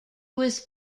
was